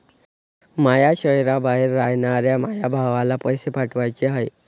माया शैहराबाहेर रायनाऱ्या माया भावाला पैसे पाठवाचे हाय